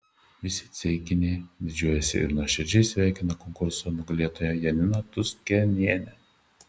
visi ceikiniai didžiuojasi ir nuoširdžiai sveikina konkurso nugalėtoją janiną tuskenienę